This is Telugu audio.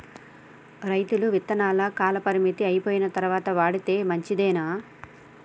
రైతులు విత్తనాల కాలపరిమితి అయిపోయిన తరువాత వాడితే మంచిదేనా?